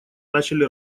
начали